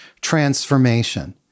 transformation